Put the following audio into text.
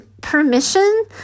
permission